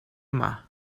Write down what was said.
yma